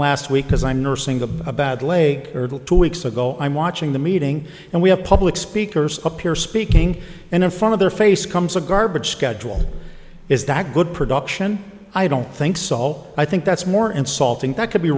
last week because i'm nursing a bad leg two weeks ago i'm watching the meeting and we have public speakers up here speaking and in front of their face comes a garbage schedule is that good production i don't think so i think that's more insulting that c